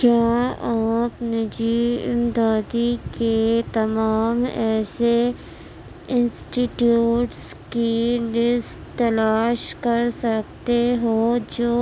کیا آپ نجی امدادی کے تمام ایسے انسٹیٹیوٹس کی لسٹ تلاش کر سکتے ہو جو